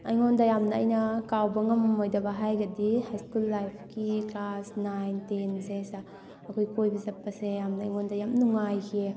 ꯑꯩꯉꯣꯟꯗ ꯌꯥꯝꯅ ꯑꯩꯅ ꯀꯥꯎꯕ ꯉꯝꯃꯣꯏꯗꯕ ꯍꯥꯏꯔꯒꯗꯤ ꯍꯥꯏ ꯁ꯭ꯀꯨꯜ ꯂꯥꯏꯕꯀꯤ ꯀ꯭ꯂꯥꯁ ꯅꯥꯏꯟ ꯇꯦꯟꯁꯦ ꯁꯤꯗ ꯑꯩꯈꯣꯏ ꯀꯣꯏꯕ ꯆꯠꯄꯁꯦ ꯌꯥꯝꯅ ꯑꯩꯉꯣꯟꯗ ꯌꯥꯝ ꯅꯨꯡꯉꯥꯏꯈꯤꯌꯦ